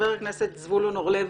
חבר הכנסת זבולון אורלב,